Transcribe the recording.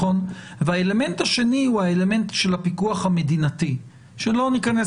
האלמנט השני הוא האלמנט של הפיקוח המדינתי שלא ניכנס